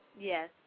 yes